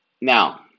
Now